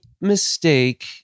mistake